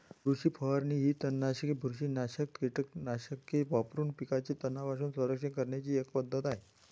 कृषी फवारणी यंत्र ही तणनाशके, बुरशीनाशक कीटकनाशके वापरून पिकांचे तणांपासून संरक्षण करण्याची एक पद्धत आहे